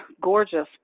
gorgeous